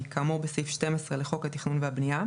כאמור בסעיף 12 לחוק התכנון והבנייה,